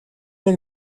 нэг